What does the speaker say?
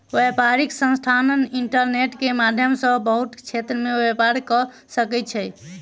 व्यापारिक संस्थान इंटरनेट के माध्यम सॅ बहुत क्षेत्र में व्यापार कअ सकै छै